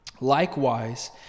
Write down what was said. Likewise